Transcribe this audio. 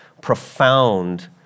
profound